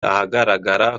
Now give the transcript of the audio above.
ahagaragara